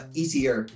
easier